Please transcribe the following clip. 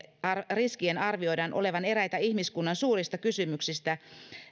riskien arvioidaan olevan eräitä ihmiskunnan suurista kysymyksistä